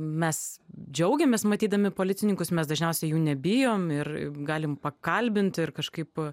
mes džiaugiamės matydami policininkus mes dažniausiai jų nebijom ir galim pakalbint ir kažkaip